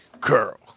Girl